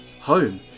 home